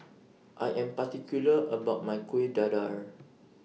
I Am particular about My Kueh Dadar